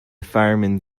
fireman